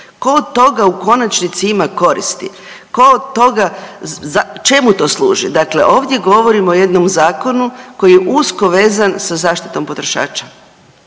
Tko od toga u konačnici ima koristi? Tko od toga, čemu to služi? Dakle, ovdje govorimo o jednom zakonu koji je usko vezan sa zaštitom potrošača.